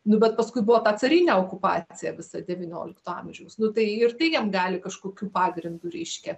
nu bet paskui buvo ta carinė okupacija visa devyniolikto amžiaus nu tai ir tai jiem gali kažkokiu pagrindu reiškia